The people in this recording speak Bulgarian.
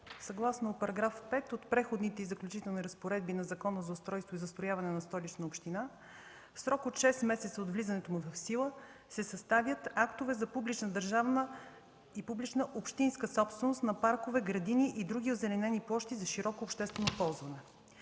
съгласно § 5 от Преходните и заключителни разпоредби на Закона за устройството и застрояването на Столична община в срок от шест месеца от влизането му в сила се съставят актове за публична държавна и публична общинска собственост на паркове, градини и други озеленени площи за широко обществено ползване.